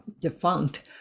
defunct